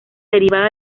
derivada